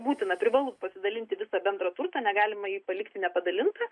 iki būtina privalu pasidalinti visą bendrą turtą negalima jį palikti nepadalintą